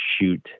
shoot